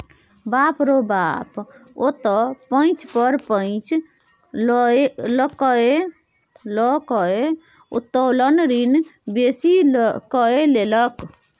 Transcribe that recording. बाप रौ बाप ओ त पैंच पर पैंच लकए उत्तोलन ऋण बेसी कए लेलक